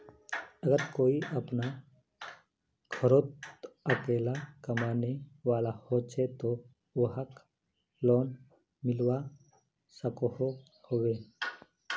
अगर कोई अपना घोरोत अकेला कमाने वाला होचे ते वाहक लोन मिलवा सकोहो होबे?